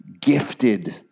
gifted